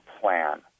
plan